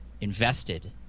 invested